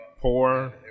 poor